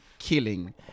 Killing